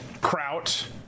Kraut